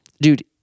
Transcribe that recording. dude